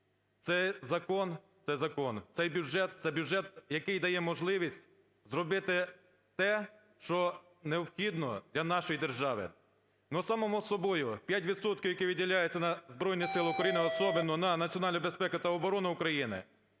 бюджет – це бюджет, який дає можливість зробити те, що необхідно для нашої держави. Само собою 5 відсотків, які виділяються на Збройні Сили України, особенно на національну безпеку та оборону України,